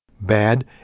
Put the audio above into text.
bad